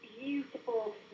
beautiful